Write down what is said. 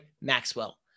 Maxwell